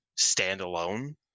standalone